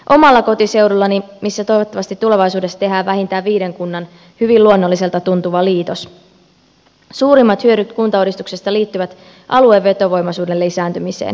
omalla kotiseudullani missä toivottavasti tulevaisuudessa tehdään vähintään viiden kunnan hyvin luonnolliselta tuntuva liitos suurimmat hyödyt kuntauudistuksesta liittyvät alueen vetovoimaisuuden lisääntymiseen